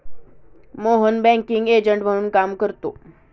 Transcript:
Mohan banking agent म्हणून काम करतो